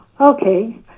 okay